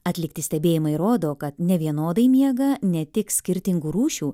atlikti stebėjimai rodo kad nevienodai miega ne tik skirtingų rūšių